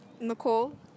Nicole